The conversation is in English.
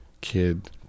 kid